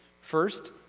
First